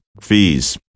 Fees